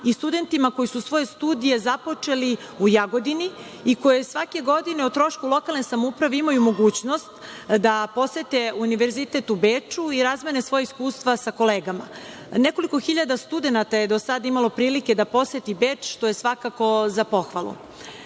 i studentima koji su svoje studije započeli u Jagodini i koji svake godine o trošku lokalne samouprave imaju mogućnost da posete Univerzitet u Beču i razmene svoja iskustva sa kolegama. Nekoliko hiljada studenata je do sada imalo prilike da poseti Beč, što je svakako za pohvalu. Grad